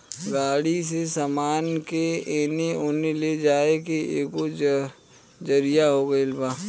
गाड़ी से सामान के एने ओने ले जाए के एगो जरिआ हो गइल बा